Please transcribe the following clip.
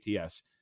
ATS